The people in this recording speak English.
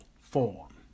form